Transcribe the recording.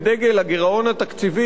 חי בבלבול מושגים.